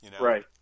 Right